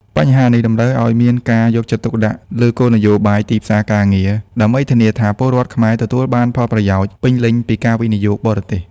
បញ្ហានេះតម្រូវឲ្យមានការយកចិត្តទុកដាក់លើគោលនយោបាយទីផ្សារការងារ ដើម្បីធានាថាពលរដ្ឋខ្មែរទទួលបានផលប្រយោជន៍ពេញលេញពីការវិនិយោគបរទេស។